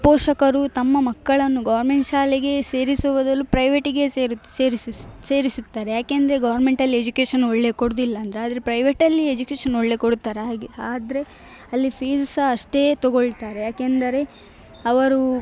ಪೋಷಕರು ತಮ್ಮ ಮಕ್ಕಳನ್ನು ಗೌರ್ಮೆಂಟ್ ಶಾಲೆಗೆ ಸೇರಿಸುವ ಬದಲು ಪ್ರೈವೇಟಿಗೆ ಸೇರಿಸಿ ಸೇರಿಸುತ್ತಾರೆ ಏಕೆಂದ್ರೆ ಗೌರ್ಮೆಂಟಲ್ಲಿ ಎಜುಕೇಶನ್ ಒಳ್ಳೆಯ ಕೊಡುವುದಿಲ್ಲ ಅಂದ್ರೆ ಆದರೆ ಪ್ರೈವೇಟಲ್ಲಿ ಎಜುಕೇಶನ್ ಒಳ್ಳೆಯ ಕೊಡ್ತಾರೆ ಹಾಗೆ ಆದರೆ ಅಲ್ಲಿ ಫೀಸ್ ಸಹ ಅಷ್ಟೇ ತೊಗೊಳ್ತಾರೆ ಏಕೆಂದರೆ ಅವರು